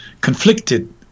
conflicted